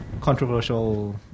controversial